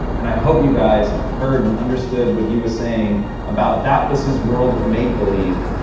and i hope you guys heard and understood what he was saying about, that was his world of make believe,